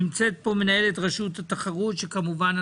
נמצאת פה מנהלת רשות התחרות וכמובן,